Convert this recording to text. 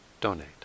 Donate